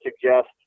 suggest